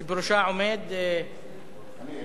שבראשה עומד, אני,